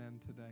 today